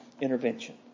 intervention